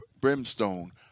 brimstone